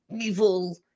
evil